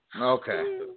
Okay